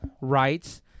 rights